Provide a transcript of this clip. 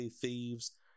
Thieves